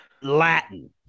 Latin